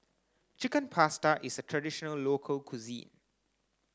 Chicken Pasta is a traditional local cuisine